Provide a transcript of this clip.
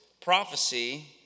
prophecy